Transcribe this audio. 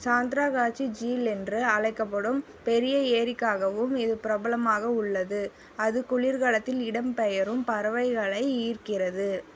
சாந்த்ராகாச்சி ஜீல் என்று அழைக்கப்படும் பெரிய ஏரிக்காகவும் இது பிரபலமாக உள்ளது அது குளிர்காலத்தில் இடம்பெயரும் பறவைகளை ஈர்க்கிறது